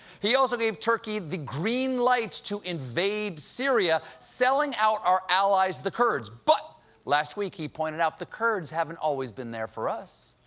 he also gave turkey the green light to invade syria, selling out our allies the kurds. but last week he pointed out that the kurds haven't always been there for us.